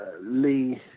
Lee